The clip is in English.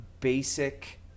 basic